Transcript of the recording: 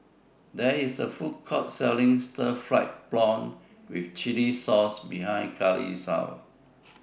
There IS A Food Court Selling Stir Fried Prawn with Chili Sauce behind Karlee's House